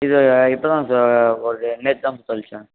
இது இப்போ தான் சார் ஒரு நேற்று தான் தொலைச்சேன்